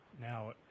now